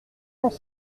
dans